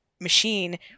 machine